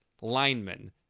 lineman